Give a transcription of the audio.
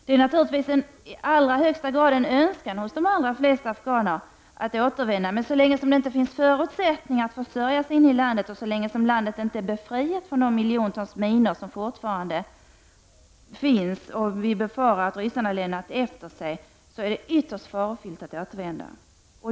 Det är naturligvis i högsta grad en önskan hos de allra flesta afghaner att återvända, men så länge som det inte finns förutsättningar att försörja sig inne i landet och så länge som landet inte är befriat från de miljontals minor som man befarar att ryssarna har lämnat efter sig är det ytterst farofyllt att återvända.